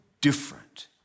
different